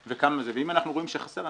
אם אנחנו רואים שחסר,